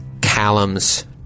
Callum's